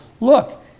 look